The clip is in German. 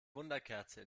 wunderkerze